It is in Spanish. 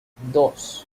dos